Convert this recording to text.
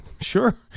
Sure